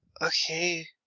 Okay